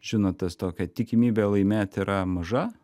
žinot tas tokia tikimybė laimėt yra maža